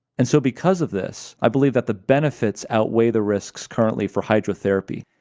and so because of this, i believe that the benefits outweigh the risks currently for hydrotherapy,